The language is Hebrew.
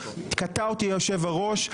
קטע אותי יושב-הראש,